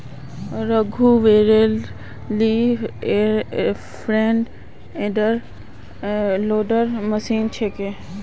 रघुवीरेल ली front end loader machine छेक